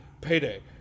payday